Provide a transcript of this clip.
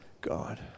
God